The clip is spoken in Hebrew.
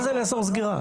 מה זה לאסור סגירה?